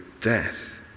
death